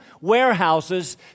warehouses